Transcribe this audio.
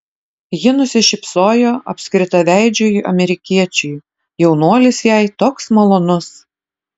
ji nusišypsojo apskritaveidžiui amerikiečiui jaunuolis jai toks malonus